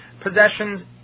possessions